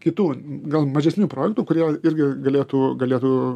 kitų gal mažesnių projektų kurie irgi galėtų galėtų